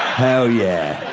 hell yeah.